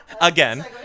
Again